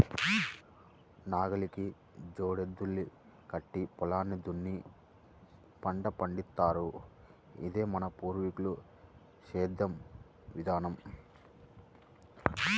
నాగలికి జోడెద్దుల్ని కట్టి పొలాన్ని దున్ని పంట పండిత్తారు, ఇదే మన పూర్వీకుల సేద్దెం విధానం